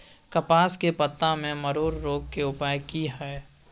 कपास के पत्ता में मरोड़ रोग के उपाय की हय?